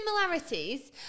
similarities